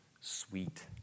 sweet